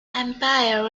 empire